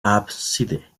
ábside